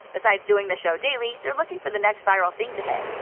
besides doing the show daily, they're looking for the next viral thing to hit.